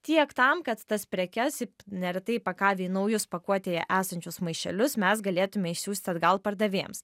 tiek tam kad tas prekes neretai įpakavę į naujus pakuotėje esančius maišelius mes galėtume išsiųsti atgal pardavėjams